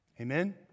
Amen